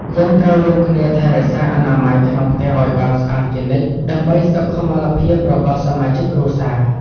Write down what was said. យើងត្រូវរួមគ្នាថែរក្សាអនាម័យក្នុងផ្ទះឱ្យបានស្អាតជានិច្ច ដើម្បីសុខុមាលភាពរបស់សមាជិកគ្រួសារ។